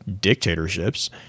dictatorships